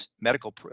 medical